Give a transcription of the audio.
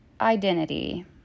Identity